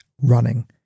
running